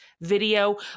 video